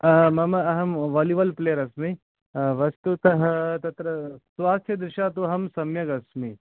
मम अहं वालिवाल् प्लेयर् अस्मि वस्तुतः तत्र स्वास्थदृशा तु अहं सम्यगस्मि